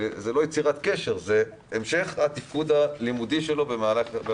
אבל זה לא יצירת קשר אלא המשך התפקוד הלימודי שלו.